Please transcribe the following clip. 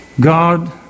God